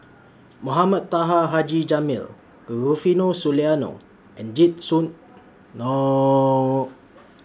Mohamed Taha Haji Jamil Rufino Soliano and Jit Soon